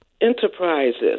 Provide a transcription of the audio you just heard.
Enterprises